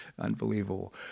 Unbelievable